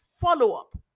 follow-up